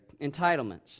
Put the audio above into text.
entitlements